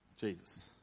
Jesus